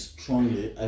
Strongly